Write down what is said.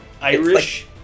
Irish